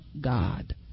God